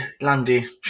landy